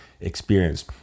experience